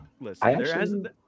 listen